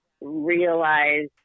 realize